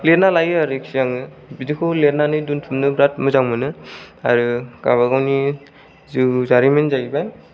लिरना लायो आरोखि आङो बिदिखौ लिरनानै दोन्थुमनो बिराद मोजां मोनो आरो गावबा गावनि जिउ जारिमिन जाहैबाय